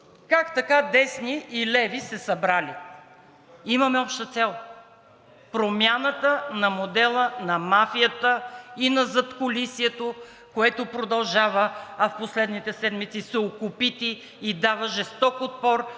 как така десни и леви се събрали? Имаме обща цел: промяната на модела на мафията и на задкулисието, което продължава, а в последните седмици се окопити и дава жесток отпор